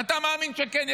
ואתה מאמין שכן,